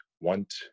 want